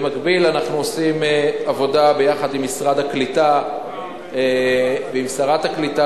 במקביל אנחנו עושים עבודה יחד עם משרד הקליטה ועם שרת הקליטה,